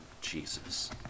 Jesus